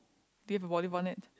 do you have a volleyball net